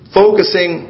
focusing